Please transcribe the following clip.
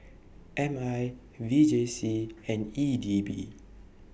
M I V J C and E D B